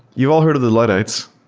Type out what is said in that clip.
you've all heard of the luddites,